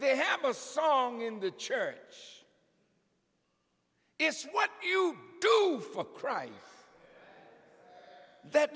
they have a song in the church it's what you do for a crime that